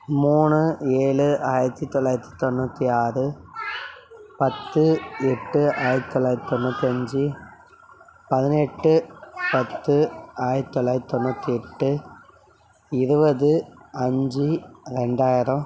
மூணு ஏழு ஆயிரத்து தொள்ளாயிரத்து தொண்ணூற்றி ஆறு பத்து எட்டு ஆயிரத்து தொள்ளாயிரத்து தொண்ணூற்றி அஞ்சு பதினெட்டு பத்து ஆயிரத்து தொள்ளாயிரத்து தொண்ணூற்றி எட்டு இருபது அஞ்சு ரெண்டாயிரம்